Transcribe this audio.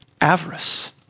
avarice